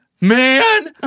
man